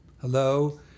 hello